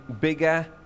bigger